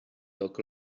talk